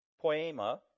poema